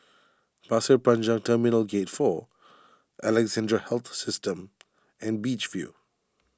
Pasir Panjang Terminal Gate four Alexandra Health System and Beach View